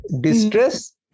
distress